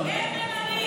זנדברג.